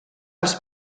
als